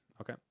okay